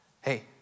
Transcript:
Hey